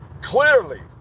clearly